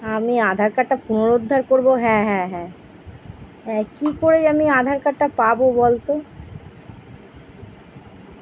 আমি আধার কার্ডটা পুনরুদ্ধার করবো হ্যাঁ হ্যাঁ হ্যাঁ কি করে আমি আধার কার্ডটা পাবো বল তো